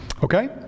Okay